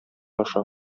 аша